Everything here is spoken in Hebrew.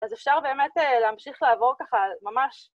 ‫אז אפשר באמת להמשיך לעבור ככה ממש.